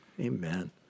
Amen